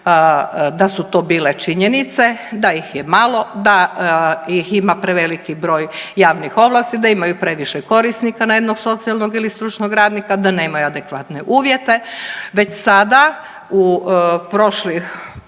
da su to bile činjenice da ih je malo, da ih ima preveliki broj javnih ovlasti, da imaju previše korisnika na jednog socijalnog ili stručnog radnika, da nemaju adekvatne uvjete, već sada u prošlom,